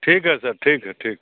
ठीक है सर ठीक है ठीक है